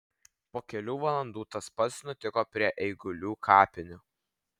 po kelių valandų tas pats nutiko prie eigulių kapinių